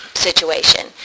situation